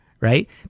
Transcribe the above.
right